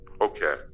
okay